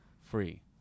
Free